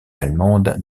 allemandes